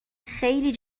خیلی